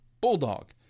bulldog